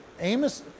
Amos